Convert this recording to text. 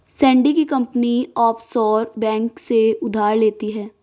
Sandy की company offshore bank से उधार लेती है